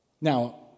Now